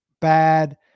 bad